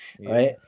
right